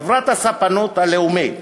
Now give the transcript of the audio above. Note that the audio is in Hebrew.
חברת הספנות הלאומית,